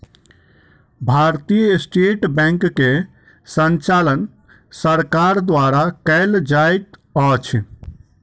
भारतीय state bank के संचालन सरकार द्वारा कयल जाइत अछि